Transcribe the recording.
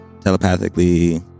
Telepathically